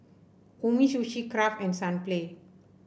Umisushi Kraft and Sunplay